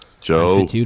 Joe